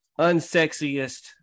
unsexiest